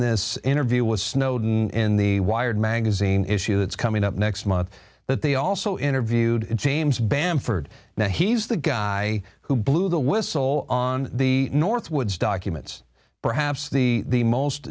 this interview with snowden in the wired magazine issue that's coming up next month that they also interviewed james bamford now he's the guy who blew the whistle on the northwoods documents perhaps the